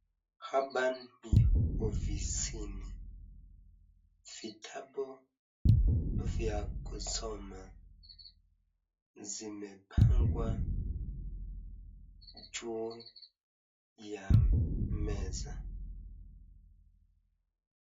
Hapa ni ofisini vitabu vya kusoma zimepangwa juu ya meza.